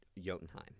Jotunheim